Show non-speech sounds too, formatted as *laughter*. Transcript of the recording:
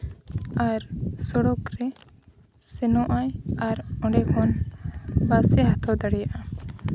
ᱟᱨ ᱥᱚᱲᱚᱠ ᱨᱮ ᱥᱮᱱᱚᱜ ᱟᱭ ᱟᱨ ᱚᱸᱰᱮ ᱠᱷᱚᱱ ᱵᱟᱥ ᱮ ᱦᱟᱛᱟᱣ ᱫᱟᱲᱮᱭᱟᱜᱼᱟ *unintelligible*